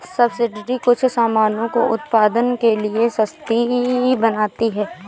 subsidy कुछ सामानों को उत्पादन के लिए सस्ती बनाती है